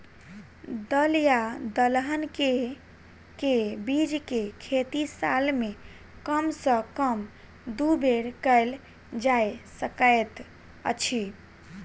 दल या दलहन केँ के बीज केँ खेती साल मे कम सँ कम दु बेर कैल जाय सकैत अछि?